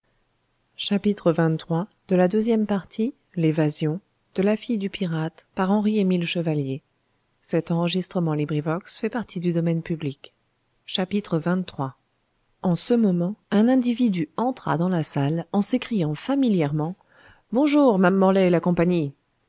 loquacité de la bonne vieille xxiii en ce moment un individu entra dans la salle en s'écriant familièrement bonjour ma'am morlaix et la compagnie